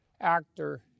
actor